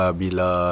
bila